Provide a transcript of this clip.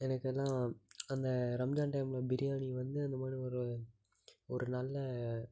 எனக்கெல்லாம் அந்த ரம்ஜான் டைம்மில பிரியாணி வந்து அந்த மாதிரி ஒரு ஒரு நல்ல